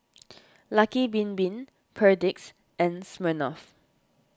Lucky Bin Bin Perdix and Smirnoff